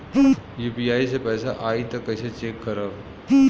UPI से पैसा आई त कइसे चेक खरब?